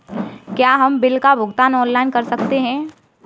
क्या हम बिल का भुगतान ऑनलाइन कर सकते हैं?